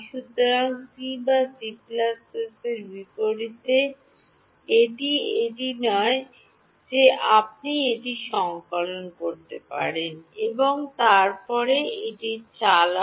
সুতরাং C বা C এর বিপরীতে এটি এটি নয় যে আপনি এটি সংকলন করতে পারেন এবং তারপরে এটি চালান